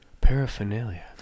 Paraphernalia